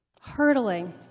hurtling